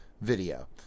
video